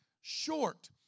short